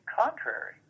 contrary